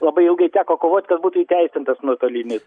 labai ilgai teko kovot kad būtų įteisintas nuotolinis